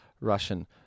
Russian